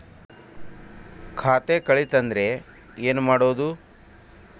ಖಾತೆ ಕಳಿತ ಅಂದ್ರೆ ಏನು ಮಾಡೋದು?